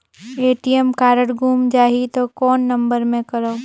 ATM card गुम जाही त कौन नम्बर मे करव?